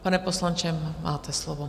Pane poslanče, máte slovo.